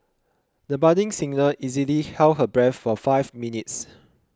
the budding singer easily held her breath for five minutes